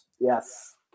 Yes